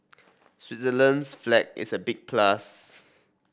Switzerland's flag is a big plus